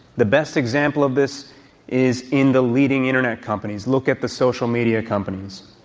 the best example of this is in the leading internet companies look at the social media companies.